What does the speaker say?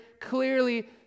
clearly